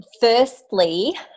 firstly